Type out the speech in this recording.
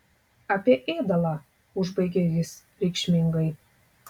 apie ėdalą užbaigė jis reikšmingai